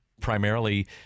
primarily